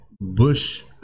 Bush